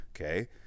Okay